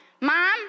Mom